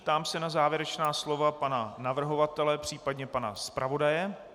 Ptám se na závěrečná slova pana navrhovatele, případně pana zpravodaje.